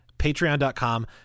patreon.com